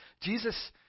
Jesus